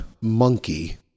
monkey